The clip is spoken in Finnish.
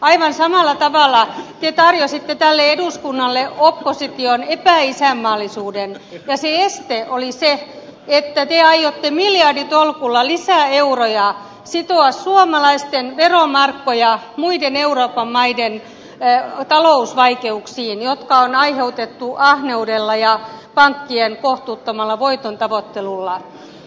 aivan samalla tavalla te tarjositte tälle eduskunnalle opposition epäisänmaallisuuden ja se este oli se että te aiotte miljarditolkulla lisää sitoa suomalaisten veromarkkoja muiden euroopan maiden talousvaikeuksiin jotka on aiheutettu ahneudella ja pankkien kohtuuttomalla voitontavoittelulla